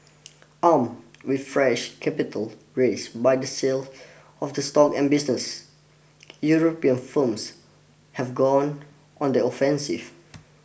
armed with fresh capital raisde by the sale of the stock and business European firms have gone on the offensive